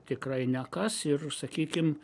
tikrai nekas ir sakykim